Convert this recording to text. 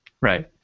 Right